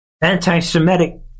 anti-Semitic